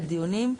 לדיונים,